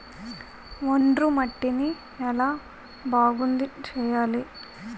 ఒండ్రు మట్టిని ఎలా బాగుంది చేయాలి?